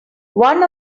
one